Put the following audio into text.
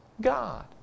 God